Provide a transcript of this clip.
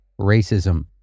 racism